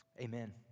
Amen